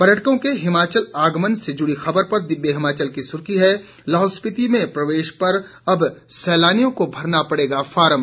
पर्यटकों के हिमाचल आगमन से जुड़ी खबर पर दिव्य हिमाचल की सुर्खी है लाहौल स्पीति में प्रवेश पर अब सैलानियों को भरना पड़ेगा फार्म